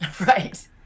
Right